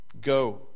Go